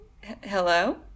hello